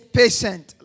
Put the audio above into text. patient